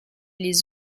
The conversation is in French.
les